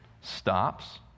stops